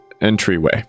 entryway